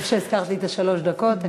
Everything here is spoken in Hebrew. טוב שהזכרת לי את שלוש הדקות.